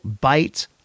bite